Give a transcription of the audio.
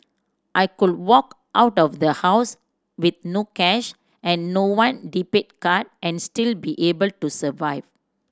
I could walk out of the house with no cash and one debit card and still be able to survive